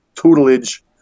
tutelage